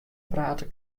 prate